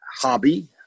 hobby